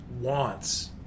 wants